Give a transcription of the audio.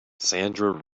sandra